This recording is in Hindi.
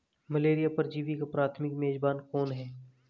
मलेरिया परजीवी का प्राथमिक मेजबान कौन है?